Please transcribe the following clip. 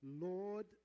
Lord